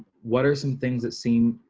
what are some things that seem